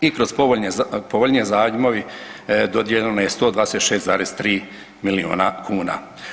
I kroz povoljniji zajmovi dodijeljeno je 126,3 milijuna kuna.